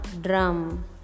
drum